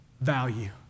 value